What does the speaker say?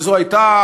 וזו הייתה